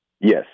Yes